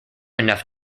enough